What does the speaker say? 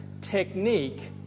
technique